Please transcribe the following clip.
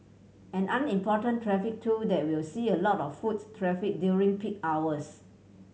and an important traffic tool that will see a lot of foots traffic during peak hours